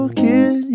kid